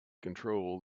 control